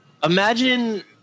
Imagine